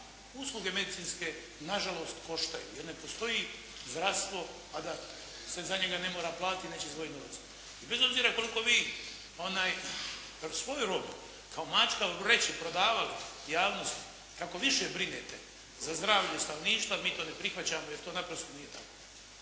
usluge medicinske nažalost koštaju, jer ne postoji zdravstvo a da se za njega ne mora platit i da se neće izdvojit novac. I bez obzira koliko vi tu svoju robu kao mačka u vreći prodavali javnosti kako više brinete za zdravlje stanovništva mi to ne prihvaćamo jer to naprosto nije tako.